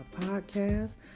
podcast